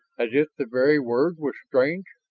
as if the very word was strange.